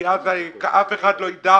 כי אני אומר כציבור אף אחד לא יידע: